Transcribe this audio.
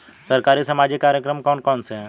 सरकारी सामाजिक कार्यक्रम कौन कौन से हैं?